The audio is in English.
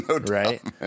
right